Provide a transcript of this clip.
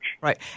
Right